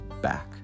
back